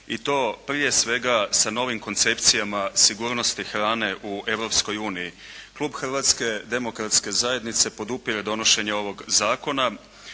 i to prije svega sa novim koncepcijama sigurnosti hrane u Europskoj uniji. Klub Hrvatske demokratske zajednice podupire donošenje ovog zakona.